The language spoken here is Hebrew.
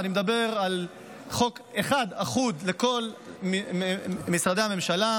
אני מדבר על חוק אחד אחוד לכל משרדי הממשלה: